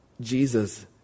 Jesus